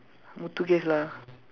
Muthuges lah